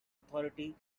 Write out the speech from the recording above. authority